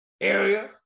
area